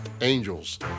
angels